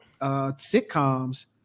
sitcoms